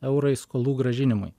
eurai skolų grąžinimui